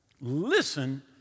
listen